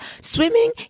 Swimming